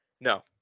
No